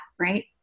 Right